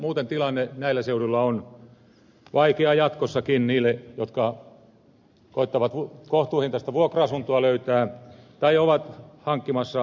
muuten tilanne näillä seuduilla on vaikea jatkossakin niille jotka koettavat kohtuuhintaista vuokra asuntoa löytää tai ovat hankkimassa omistusasuntoa